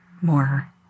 more